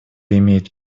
имеет